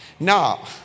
Now